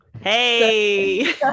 Hey